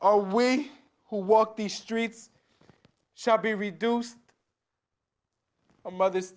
are when who walk the streets shall be reduced a mother's